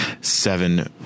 seven